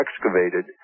excavated